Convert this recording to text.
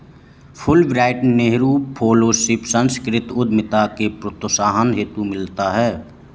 Fulbright Nehru fellowship सांस्कृतिक उद्यमिता के प्रोत्साहन हेतु मिलता है